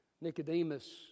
Nicodemus